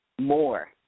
More